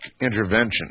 intervention